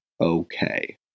okay